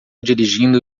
dirigindo